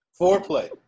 foreplay